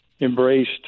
embraced